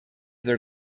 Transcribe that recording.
their